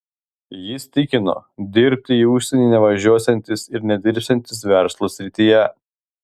jis tikino dirbti į užsienį nevažiuosiantis ir nedirbsiantis verslo srityje